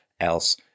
else